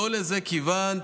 לא לזה כיוונתי.